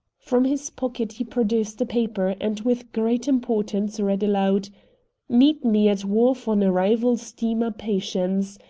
from his pocket he produced a paper and, with great importance, read aloud meet me at wharf on arrival steamer patience.